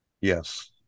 yes